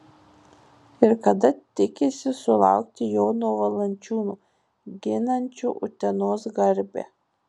ir kada tikisi sulaukti jono valančiūno ginančio utenos garbę